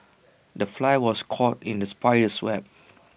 the fly was caught in the spider's web